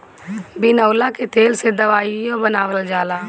बिनौला के तेल से दवाईओ बनावल जाला